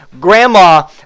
Grandma